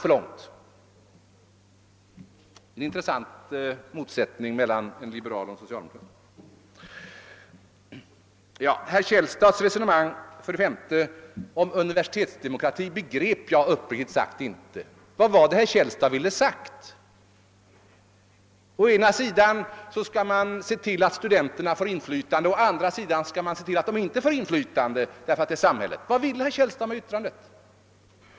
Det är en intressant motsättning mellan en liberal och en socialdemokrat. Den femte punkten i herr Källstads resonemang, om universitetsdemokrati, begrep jag uppriktigt sagt inte. Vad var det herr Källstad ville ha sagt? Å ena sidan skall man se till att studenterna får inflytande, å andra sidan skall man se till att de inte får inflytande, eftersom saken rör samhället. Vad menar herr Källstad med det yttrandet?